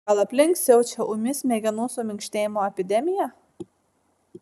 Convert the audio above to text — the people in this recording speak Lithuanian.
gal aplink siaučia ūmi smegenų suminkštėjimo epidemija